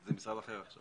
זה משרד אחר עכשיו.